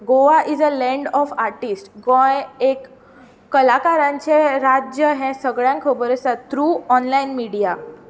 Goa is a land of artist Goem एक कलाकारांचें राज्य हें सगळ्यांक खबर आसा थ्रू ऑनलायन मिडीया